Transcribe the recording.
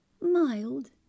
mild